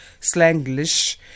slanglish